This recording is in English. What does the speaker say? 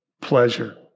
pleasure